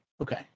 Okay